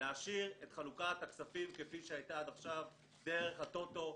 להשאיר את חלוקת הכספים כפי שהייתה עד עכשיו דרך הטוטו,